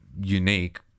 unique